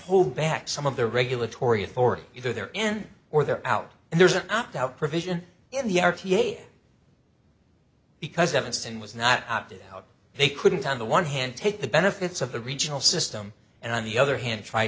hold back some of the regulatory authority either they're in or they're out and there's an opt out provision in the r t a because evanston was not opted out they couldn't on the one hand take the benefits of the regional system and on the other hand try